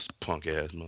Punk-ass